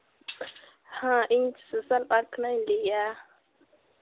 ᱦᱮᱸ ᱤᱧ social work ᱠᱷᱚᱱᱟᱜ ᱤᱧ ᱞᱟᱹᱭᱮᱫᱼᱟ